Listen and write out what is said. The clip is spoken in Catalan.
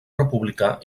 republicà